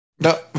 No